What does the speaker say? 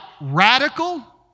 radical